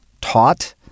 taught